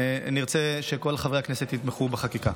נרצה שכל חברי הכנסת יתמכו בחקיקה.